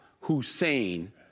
Hussein